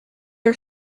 are